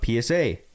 PSA